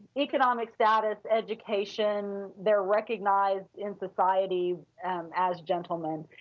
economic status, education, they are recognized in society as gentlemen,